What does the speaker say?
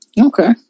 Okay